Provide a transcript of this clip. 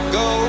go